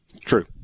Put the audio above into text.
True